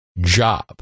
job